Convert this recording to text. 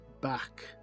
back